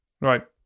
Right